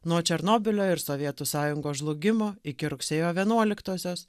nuo černobylio ir sovietų sąjungos žlugimo iki rugsėjo vienuoliktosios